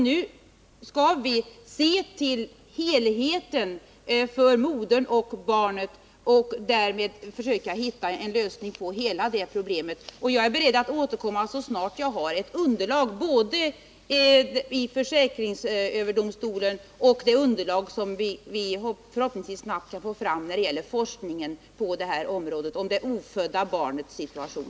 Nu skall vi, som sagt, se till helheten för modern och barnet och därmed försöka hitta en lösning på hela det problemet. Jag är beredd att återkomma så snart jag har både ett underlag från försäkringsöverdomstolen och ett underlag, som vi 93 förhoppningsvis snabbt kan få fram, från forskningen om det ofödda barnets situation.